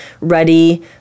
ready